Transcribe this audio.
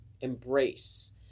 embrace